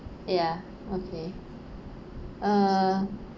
ya okay uh